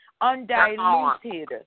undiluted